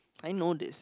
I know this